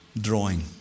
drawing